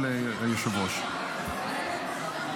ארי,